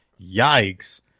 Yikes